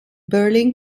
berlin